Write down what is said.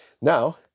Now